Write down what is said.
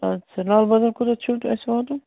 اَچھا لال بازَر کوٚتتھ چھُو تُہۍ اَسہِ واتُن